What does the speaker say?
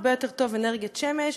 הרבה יותר טוב זה אנרגיית שמש,